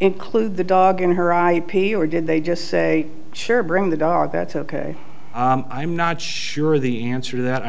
include the dog in her eye pay or did they just say sure bring the dog that's ok i'm not sure the answer to that i